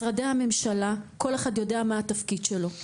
משרדי הממשלה, כל אחד יודע מה התפקיד שלו.